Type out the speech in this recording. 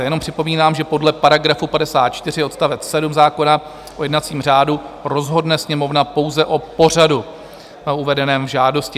Jenom připomínám, že podle § 54 odst. 7 zákona o jednacím řádu rozhodne Sněmovna pouze o pořadu uvedeném v žádosti.